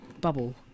bubble